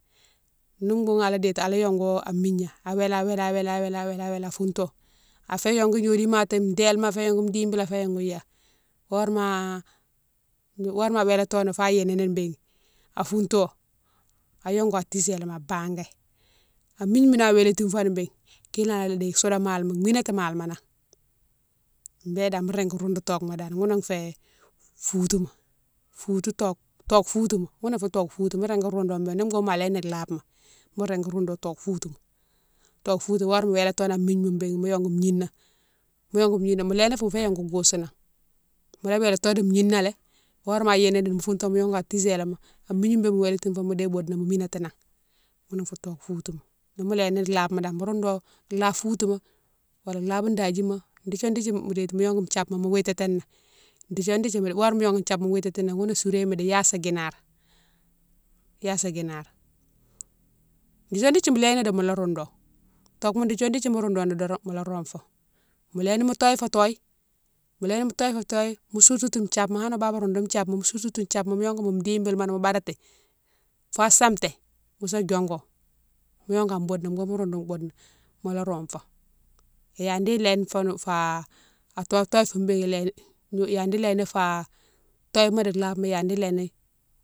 Ni boughoune ala déti, ala yongo an migna awélé- awélé- awélé- awélé- awélé afounto afé yongou gnodiou matighi délima afé yongou, dibile afé yongou ya, horéma- horéma a wélatoni fa yini ni béa founto a yongou a tiséléma a bangué a migne moune a wélétifoni bé kiné ala déye soudé malima minati malima nan bé dane mo régui roundou togouma dane ghounou fé foutouma, foutou toke, togou foutouma, ghounou fé togou foutouma mo régui roundo béni boughoune ma léni labema mo régui roundo togou foutouma, togou foutouma horé mo wélato an migne moune bé mo yongou gnini, mo yongou gnini mo léni fa mofiyé yongou goustou nan mola wélato dou gnina lé horéma a yini ni mo founto mo yongou an tiséléma an migni bé mo wélétine fo mo déye boude na mo minatinan ghounou fé togou foutouma nimo léni labema dane mo roundo labe foutouma o labe dadjima dékdi yo dékdi mo déti mo yongou thiabma mo wititini dékdi yo dékdi horéma mo yongouni thiabma mo wititini ghounou sourwéma di "yassa guinare" "yassa guinare" dékdi yo dékdi mo léni mola roundo, togouma dékdi yo dékdi yo mo roundo doron mola rome fo, mo léni mo togne fo togne- mo léni mo togne fo togne mo sourtoutou thiabma hanni mo baba roundouni thiabma sourtoutou thiabma mo yongou mo dibilma nan mo badati fa samté mosa diongo, mo yongo an boude na boughoune mo roundo mo boude na mola rome fo, yadi léfoni fa togne togne foune bé léni yadi léni fa togne ma di labema yadi léni.